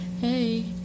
hey